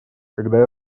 когда